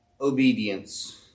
obedience